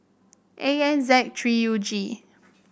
A N Z three U G